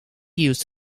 used